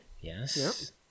Yes